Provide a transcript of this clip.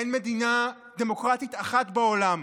אין מדינה דמוקרטית אחת בעולם,